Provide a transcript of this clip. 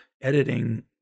editing